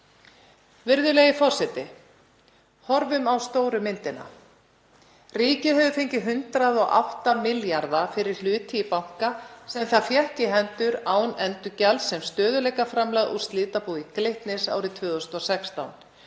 Virðulegi forseti. Horfum á stóru myndina. Ríkið hefur fengið 108 milljarða fyrir hlut í banka sem það fékk í hendur án endurgjalds sem stöðugleikaframlag úr slitabúi Glitnis árið 2016